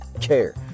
care